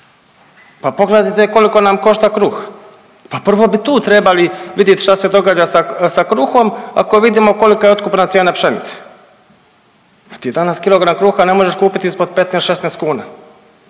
Pa pogledajte koliko nam košta kruh? Pa prvo bi tu trebali vidjet šta se događa sa kruhom ako vidimo kolika je otkupna cijena pšenice. Pa ti danas kilogram kruha ne možeš kupiti ispod 15, 16 kuna.